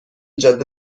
جاده